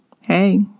hey